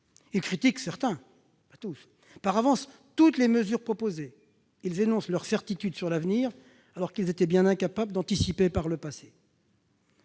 Ils critiquent par avance toutes les mesures proposées, ils énoncent leurs certitudes sur l'avenir, alors qu'ils ont été bien incapables d'anticiper par le passé